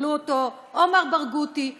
קבלו אותו: עומר ברגותי,